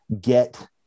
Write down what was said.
get